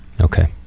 Okay